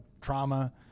trauma